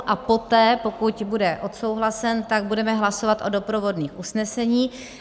A poté, pokud bude odsouhlasen, tak budeme hlasovat o doprovodných usneseních.